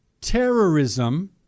terrorism